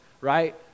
right